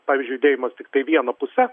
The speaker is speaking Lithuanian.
pavyzdžiui judėjimas tiktai viena puse